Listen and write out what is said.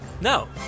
No